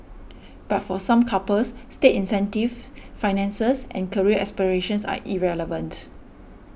but for some couples state incentives finances and career aspirations are irrelevant